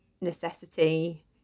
necessity